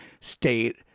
state